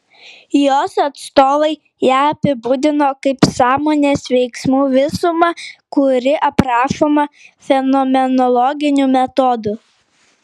jos atstovai ją apibūdino kaip sąmonės veiksmų visumą kuri aprašoma fenomenologiniu metodu